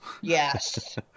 Yes